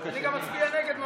אני גם אצביע נגד,